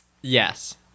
Yes